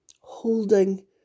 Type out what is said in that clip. holding